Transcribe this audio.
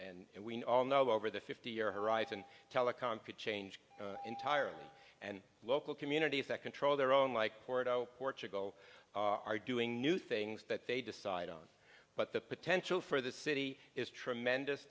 and we all know over the fifty year horizon telecom could change entirely and local communities that control their own like port au go are doing new things that they decide on but the potential for the city is tremendous